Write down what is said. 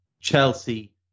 Chelsea